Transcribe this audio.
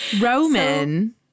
Roman